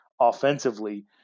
offensively